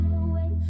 away